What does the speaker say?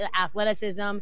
athleticism